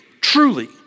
truly